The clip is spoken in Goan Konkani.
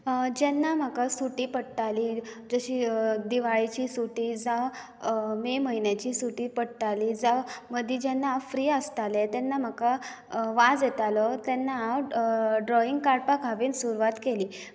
जेन्ना म्हाका सुटी पडटाली जशी दिवाळीची सुटी जावं मे म्हयन्याची सुटी पडटाली जावं मदीं जेन्ना हांव फ्री आसतालें तेन्ना म्हाका वाज येतालो तेन्ना हांव ड्रॉईंग काडपाक हांवेन सुरवात केली